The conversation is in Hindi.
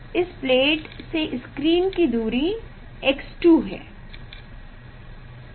इस प्लेट से स्क्रीन की दूरी x 2 है